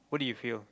what do you feel